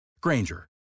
Granger